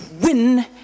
win